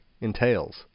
entails